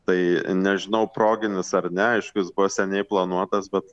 tai nežinau proginis ar ne aišku jis buvo seniai planuotas bet